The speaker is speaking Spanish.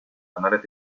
canales